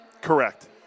Correct